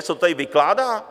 Co tady vykládá?